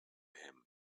him